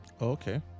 Okay